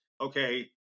okay